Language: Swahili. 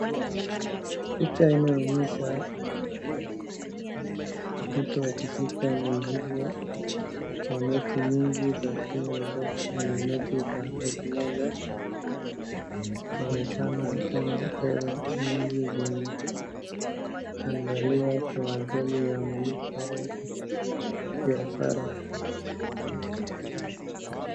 Picha inayoonyesha mtu akishika mzigo wa noti mingi za Kenya zote ni noti za elfu moja. Inaonekana nikama pesa nyingi zimeandaliwa kwa ajili ya malipo au biashara.